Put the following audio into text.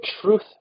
truth